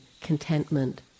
contentment